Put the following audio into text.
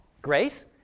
grace